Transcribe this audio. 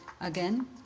Again